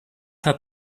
hat